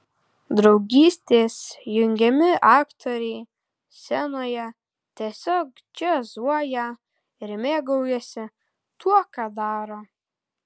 draugystės jungiami aktoriai scenoje tiesiog džiazuoja ir mėgaujasi tuo ką daro